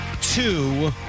Two